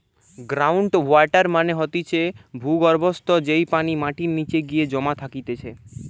ground water মানে হতিছে ভূর্গভস্ত, যেই পানি মাটির নিচে গিয়ে জমা থাকতিছে